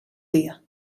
dia